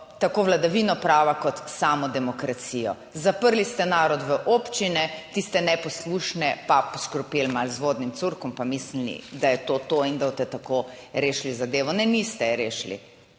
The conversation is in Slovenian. tako vladavino prava kot samo demokracijo. Zaprli ste narod v občine, tiste neposlušne pa poškropili malo z uvodnim curkom pa mislili, da je to to in da boste tako rešili zadevo. Ne, niste je rešili.